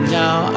now